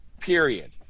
period